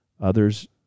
Others